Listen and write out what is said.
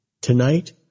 Tonight